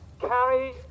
carry